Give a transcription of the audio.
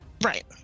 Right